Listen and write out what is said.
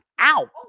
Ow